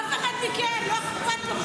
לאף אחד מכם לא אכפת בכלל.